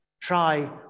Try